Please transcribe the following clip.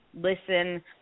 listen